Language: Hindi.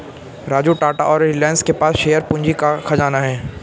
राजू टाटा और रिलायंस के पास शेयर पूंजी का खजाना है